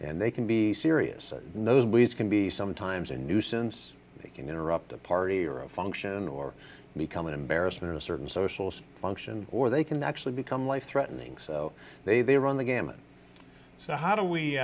and they can be serious nosebleeds can be sometimes a nuisance they can interrupt a party or a function or become an embarrassment a certain socialist function or they can actually become life threatening so they they run the gamut so how do we